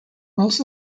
most